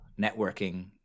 networking